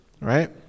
right